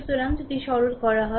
সুতরাং যদি সরল করা যায়